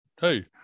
hey